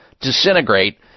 disintegrate